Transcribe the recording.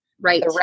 Right